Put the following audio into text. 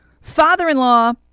father-in-law